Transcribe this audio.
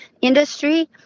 industry